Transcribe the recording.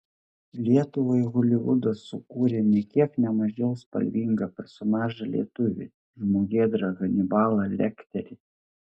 lietuvai holivudas sukūrė nė kiek ne mažiau spalvingą personažą lietuvį žmogėdrą hanibalą lekterį